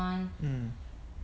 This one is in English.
mm